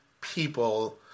people